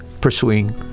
pursuing